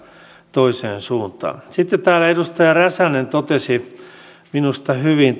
toiseen suuntaan täällä edustaja räsänen totesi minusta hyvin